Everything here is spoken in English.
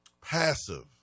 passive